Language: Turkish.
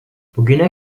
bugüne